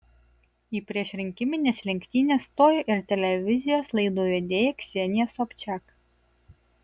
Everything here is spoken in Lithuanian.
į priešrinkimines lenktynes stojo ir televizijos laidų vedėja ksenija sobčiak